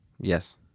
Yes